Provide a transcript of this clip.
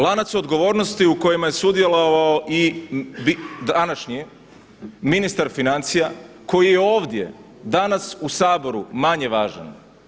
Lanac odgovornosti u kojemu je sudjelovao i današnji ministar financija koji je ovdje danas u Saboru manje važan.